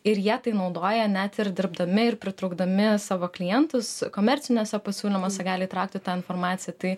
ir jie tai naudoja net ir dirbdami ir pritraukdami savo klientus komerciniuose pasiūlymuose gali įtraukti tą informaciją tai